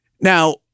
Now